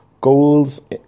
goals